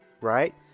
right